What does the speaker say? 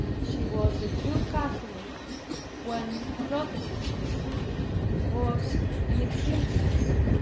she was a true catholic when protestantism was in its infancy.